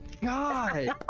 god